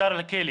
ישר לכלא,